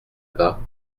bas